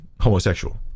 homosexual